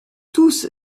tous